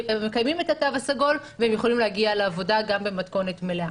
אז מקיימים את התו הסגול והם יכולים להגיע לעבודה גם במתכונת מלאה.